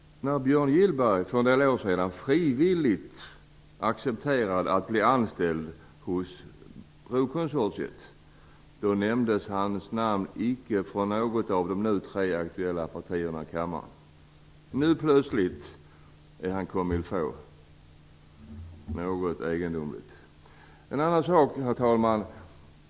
När Björn Gillberg för en del år sedan frivilligt accepterade att bli anställd av brokonsortiet, nämndes hans namn inte av något av de tre nu aktuella partierna i kammaren. Nu är han plötsligt comme-il-faut. Det är något egendomligt. En annan sak, herr talman.